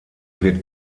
wird